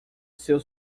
seu